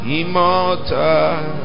immortal